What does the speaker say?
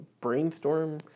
brainstorm